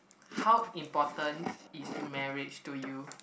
how important is marriage to you